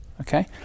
okay